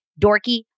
dorky